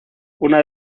una